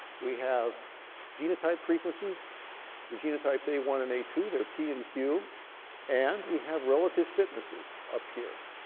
we have genotype frequencies for genotypes a one and a two they're p and q and we have relative fitnesses up here.